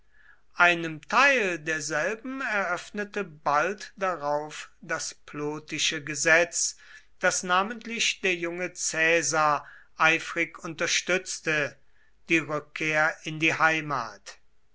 einem teil derselben eröffnete bald darauf das plotische gesetz das namentlich der junge caesar eifrig unterstützte die rückkehr in die heimat